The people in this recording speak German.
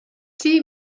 sie